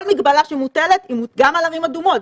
כל מגבלה שמוטלת, גם על ערים אדומות.